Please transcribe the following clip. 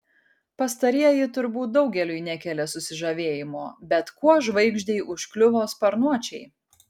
pastarieji turbūt daugeliui nekelia susižavėjimo bet kuo žvaigždei užkliuvo sparnuočiai